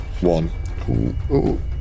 One